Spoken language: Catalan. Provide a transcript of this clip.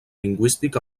lingüístic